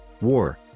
war